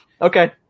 Okay